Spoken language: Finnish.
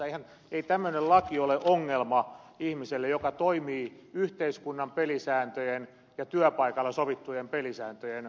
ei tämmöinen laki ole ongelma ihmiselle joka toimii yhteiskunnan pelisääntöjen ja työpaikalla sovittujen pelisääntöjen mukaan